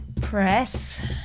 Press